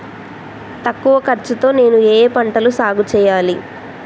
తక్కువ ఖర్చు తో నేను ఏ ఏ పంటలు సాగుచేయాలి?